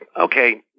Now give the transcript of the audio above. okay